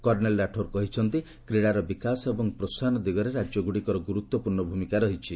colonel Rathore କହିଛନ୍ତି କ୍ରୀଡ଼ାର ବିକାଶ ଏବଂ ପ୍ରୋହାହନ ଦିଗରେ ରାଜ୍ୟଗୁଡ଼ିକର ଗୁରୁତ୍ୱପୂର୍ଷ୍ଣ ଭୂମିକା ରହିଛି